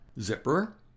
zipper